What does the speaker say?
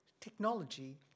technology